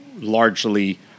largely